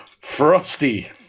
frosty